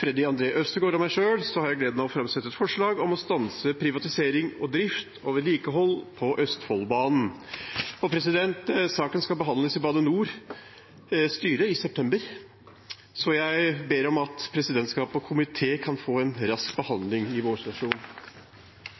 Freddy André Øvstegård og meg selv har jeg gleden av å framsette et forslag om å stanse privatiseringen av drift og vedlikehold på Østfoldbanen. Saken skal behandles i Bane NORs styre i september, så jeg ber presidentskapet og komiteen om en rask behandling i